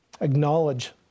acknowledge